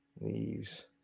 leaves